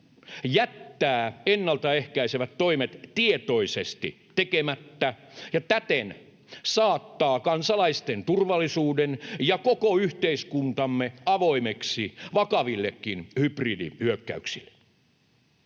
jättää ennaltaehkäisevät toimet tietoisesti tekemättä ja täten saattaa kansalaisten turvallisuuden ja koko yhteiskuntamme avoimeksi vakavillekin hybridihyökkäyksille.